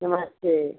नमस्ते